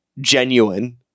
genuine